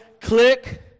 click